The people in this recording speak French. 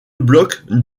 bloc